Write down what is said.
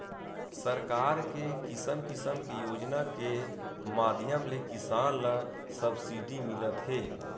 सरकार के किसम किसम के योजना के माधियम ले किसान ल सब्सिडी मिलत हे